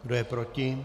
Kdo je proti?